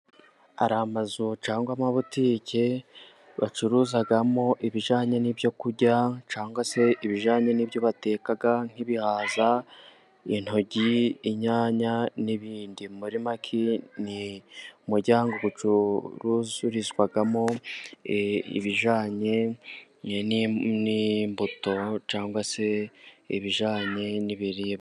Hari amazu cyangwa amabutike, bacururizamo ibijyanye n'ibyo kurya, cyangwa se ibijyanye n'ibyo bateka nk'ibihaza, intoryi, inyanya, n'ibindi. Muri make ni umuryango ucururizwamo ibijanye n'imbuto cyangwa se ibijyanye n'ibiribwa.